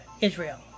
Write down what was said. Israel